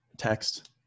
text